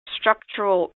structural